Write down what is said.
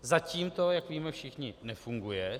Zatím to, jak víme všichni, nefunguje.